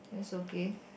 that's okay